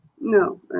No